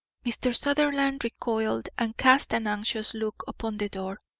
mr. sutherland recoiled and cast an anxious look upon the door.